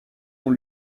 ont